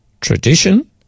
Tradition